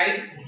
Right